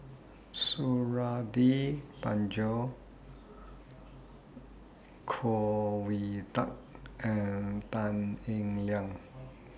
Suradi Parjo Khoo Oon Teik and Tan Eng Liang